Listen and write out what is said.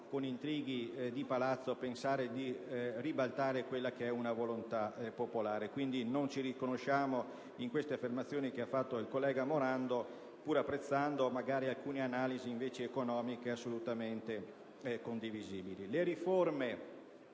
con intrighi di palazzo, pensare di ribaltare la volontà popolare. Quindi non ci riconosciamo in queste affermazioni del collega Morando, pur apprezzando alcune analisi economiche, assolutamente condivisibili.